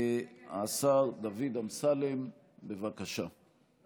השר דוד אמסלם, בבקשה.